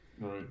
right